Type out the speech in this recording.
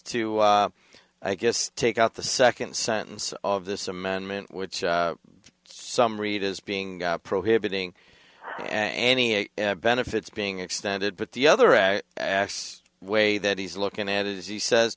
to i guess take out the second sentence of this amendment which some read as being prohibiting any benefits being extended but the other as a way that he's looking at it as he says